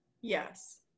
yes